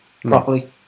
properly